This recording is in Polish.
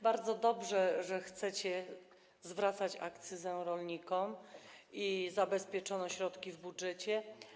Bardzo dobrze, że chcecie zwracać akcyzę rolnikom i że zabezpieczono środki w budżecie.